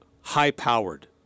high-powered